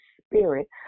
spirit